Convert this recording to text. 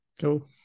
cool